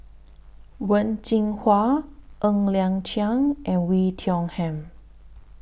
Wen Jinhua Ng Liang Chiang and Wei Tiong Ham